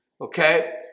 Okay